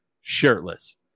shirtless